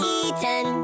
eaten